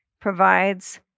provides